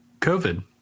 COVID